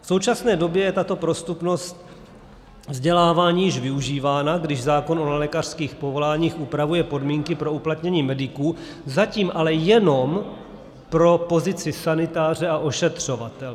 V současné době je tato prostupnost vzdělávání již využívána, když zákon o nelékařských povoláních upravuje podmínky pro uplatnění mediků, zatím ale jenom pro pozici sanitáře a ošetřovatele.